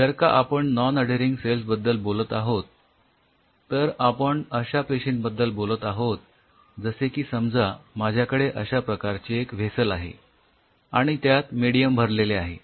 जर का आपण नॉन अढेरिंग सेल्स बद्दल बोलत आहोत तर आपण अश्या पेशिंबद्दल बोलत आहोत जसे की समजा माझ्याकडे अश्या प्रकारचे एक व्हेसल आहे आणि त्यात मेडीयम भरलेले आहे